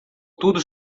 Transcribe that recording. tudo